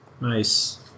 Nice